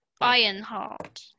Ironheart